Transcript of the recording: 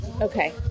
Okay